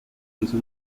hizo